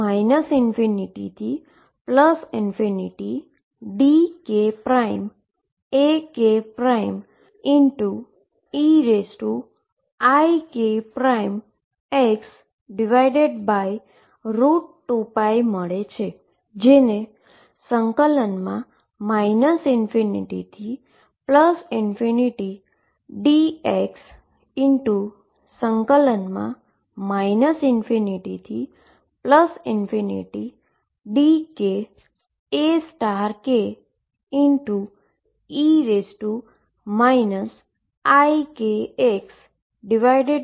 જે ∞ થી ∞ મા dkAke ikx 2π બને તો આપણને ∞ dk Akeikx2π મળે છે